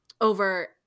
over